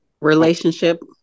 relationship